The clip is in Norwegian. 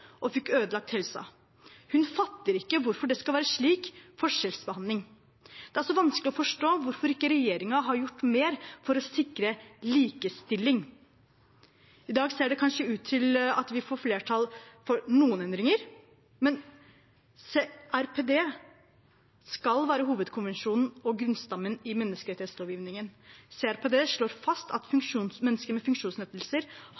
og fikk ødelagt helsa. Hun fatter ikke hvorfor det skal være slik forskjellsbehandling. Det er også vanskelig å forstå hvorfor ikke regjeringen har gjort mer for å sikre likestilling. I dag ser det kanskje ut til at vi får flertall for noen endringer, men CRPD skal være hovedkonvensjonen og grunnstammen i menneskerettighetslovgivningen. CRPD slår fast at